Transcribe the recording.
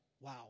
wow